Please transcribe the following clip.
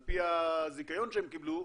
על פי הזיכיון שהם קיבלו,